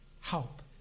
help